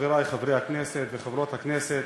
חברי חברי הכנסת וחברות הכנסת,